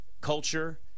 culture